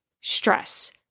stress